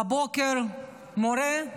בבוקר מורה,